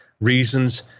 reasons